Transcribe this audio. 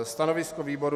Stanovisko výboru.